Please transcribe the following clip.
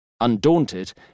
Undaunted